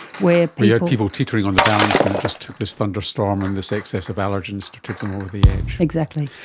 where you had people teetering on the balance and it just took this thunderstorm and this excess of allergens to tip them over the edge. exactly.